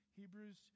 Hebrews